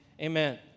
amen